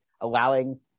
allowing